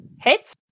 Hits